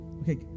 Okay